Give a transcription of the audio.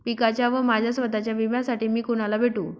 पिकाच्या व माझ्या स्वत:च्या विम्यासाठी मी कुणाला भेटू?